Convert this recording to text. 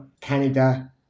Canada